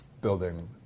building